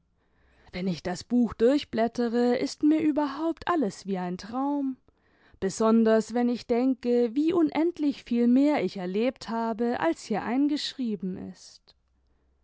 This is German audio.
wenn ich das buch durchblättere ist mir überhaupt alles wie ein traum besonders wenn ich denke wie unendlich viel mehr ich erlebt habe als hier eingeschrieben ist